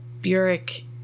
Burek